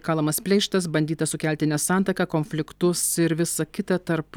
kalamas pleištas bandyta sukelti nesantaiką konfliktus ir visa kita tarp